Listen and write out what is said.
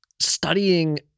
studying